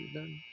done